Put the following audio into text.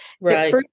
Right